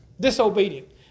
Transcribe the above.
disobedient